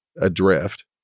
adrift